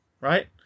right